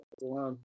one